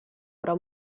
ora